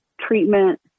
treatment